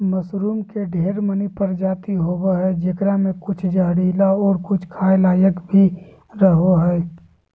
mushroom के ढेर मनी प्रजाति होवो हय जेकरा मे कुछ जहरीला और कुछ खाय लायक भी रहो हय